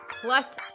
plus